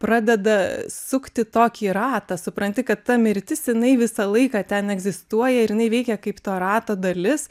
pradeda sukti tokį ratą supranti kad ta mirtis jinai visą laiką ten egzistuoja ir jinai veikia kaip to rato dalis